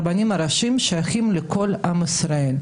הרבנים הראשיים שייכים לכל עם ישראל,